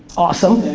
awesome.